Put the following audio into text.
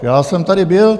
Já jsem tady byl.